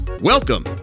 Welcome